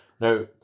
now